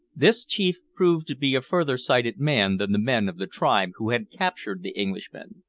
this chief proved to be a further-sighted man than the men of the tribe who had captured the englishmen.